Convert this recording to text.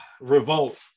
Revolt